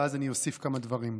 ואז אני אוסיף כמה דברים.